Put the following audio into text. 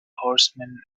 horseman